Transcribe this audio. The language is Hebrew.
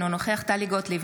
אינו נוכח טלי גוטליב,